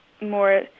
more